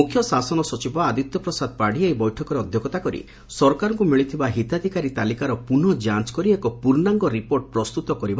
ମୁଖ୍ୟ ଶାସନ ସଚିବ ଆଦିତ୍ୟ ପ୍ରସାଦ ପାତ୍ତୀ ଏହି ବୈଠକରେ ଅଧ୍ଧକ୍ଷତା କରି ସରକାରଙ୍କୁ ମିଳିଥିବା ହିତାଧିକାରୀ ତାଲିକାର ପୁନଃ ଯାଞ କରି ଏକ ପୂର୍ଶାଙ୍ଗ ରିପୋର୍ଟ ପ୍ରସ୍ତୁତ କରିବ